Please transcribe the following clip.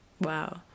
wow